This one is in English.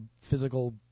physical